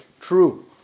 true